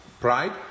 pride